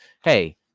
hey